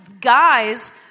guys